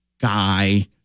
guy